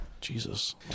Jesus